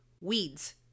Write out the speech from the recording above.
weeds